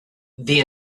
the